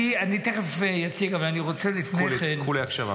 אני תכף אציג, אבל לפני כן --- כולי הקשבה.